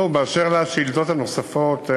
באשר לשאלות הנוספות,